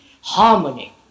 harmony